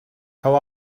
how